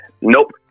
Nope